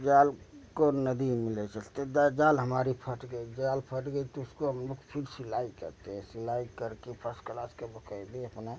जाल को नदी में ले चलते है जाल हमारी फट गई जाल फट गई तो उसको हम लोग फिर सिलाई करते हैं सिलाई करके फर्स्ट क्लास के बकायदे अपना